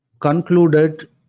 concluded